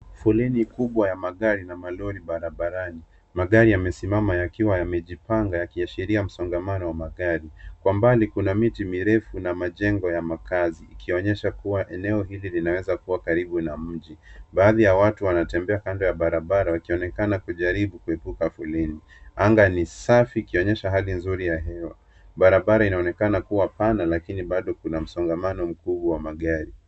Foleni kubwa ya magari na malori barabarani. Magari yamesimama yakiwa yamejipanga, yakiashiria msongamano wa magari. Kwa umbali kuna miti mirefu na majengo ya makazi, ikionyesha kuwa eneo hili linaweza kuwa karibu na mji. Baadhi ya watu wanatembea kando ya barabara, wakionekana kujaribu kuepuka foleni. Anga ni safi ikionyesha hali nzuri ya hewa. Barabara inaonekana kuwa pana, lakini bado kuna msongamano mkubwa wa magari.